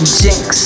jinx